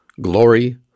glory